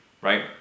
right